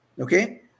Okay